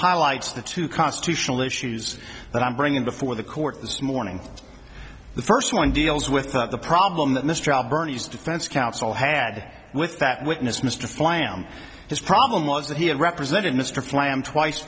highlights the two constitutional issues that i'm bringing before the court this morning the first one deals with the problem that mistrial bernie's defense counsel had with that witness mr flamm his problem was that he had represented mr flamm twice